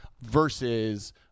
versus